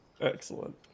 Excellent